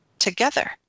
together